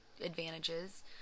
advantages